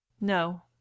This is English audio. No